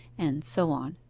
and so on.